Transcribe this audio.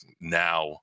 now